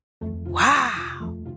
Wow